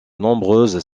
nombreuses